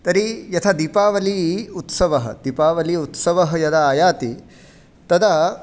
तर्हि यथा दीपावली उत्सवः दीपावली उत्सवः यदा आयाति तदा